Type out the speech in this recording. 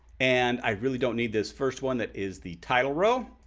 and i really don't need this first one that is the title row.